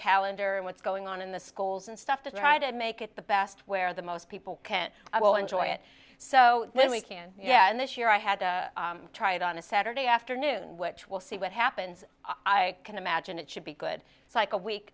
calendar and what's going on in the schools and stuff to try to make it the best where the most people can't i will enjoy it so then we can yeah and this year i had to try it on a saturday afternoon which will see what happens i can imagine it should be good like a week